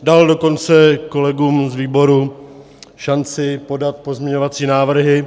Dal dokonce kolegům z výboru šanci podat pozměňovací návrhy.